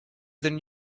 than